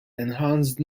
enhanced